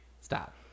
stop